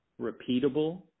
repeatable